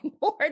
board